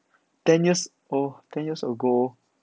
ten years old ten years ago